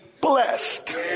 blessed